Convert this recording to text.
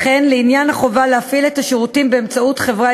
וכן לעניין החובה להפעיל את השירותים באמצעות חברה